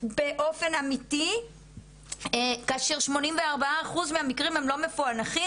באופן אמיתי כאשר 84 אחוז מהמקרים הם לא מפענחים.